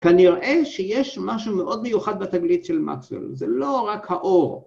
כנראה שיש משהו מאוד מיוחד בתגלית של מקסוול, זה לא רק האור.